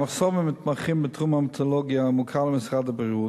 המחסור במתמחים בתחום ההמטולוגיה מוכר למשרד הבריאות,